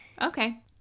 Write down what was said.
okay